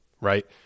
Right